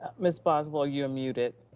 ah ms. boswell, you're muted.